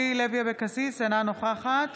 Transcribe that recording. אבקסיס, אינה נוכחת